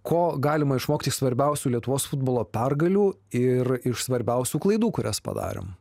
ko galima išmokt iš svarbiausių lietuvos futbolo pergalių ir iš svarbiausių klaidų kurias padarėm